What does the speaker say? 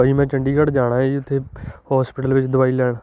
ਭਾਅ ਜੀ ਮੈਂ ਚੰਡੀਗੜ੍ਹ ਜਾਣਾ ਏ ਜੀ ਉੱਥੇ ਹੋਸਪਿਟਲ ਵਿੱਚ ਦਵਾਈ ਲੈਣ